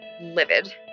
livid